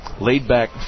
laid-back